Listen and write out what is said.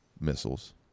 missiles